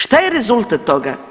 Šta je rezultat toga?